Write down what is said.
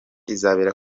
izabera